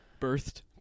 Birthed